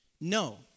No